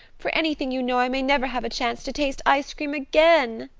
for anything you know i may never have a chance to taste ice cream again.